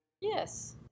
Yes